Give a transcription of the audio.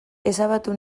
ezabatu